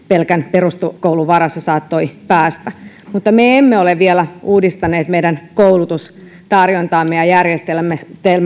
pelkän peruskoulun varassa saattoi päästä mutta me emme emme ole vielä uudistaneet meidän koulutustarjontaamme ja järjestelmäämme